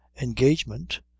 engagement